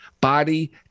body